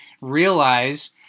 realize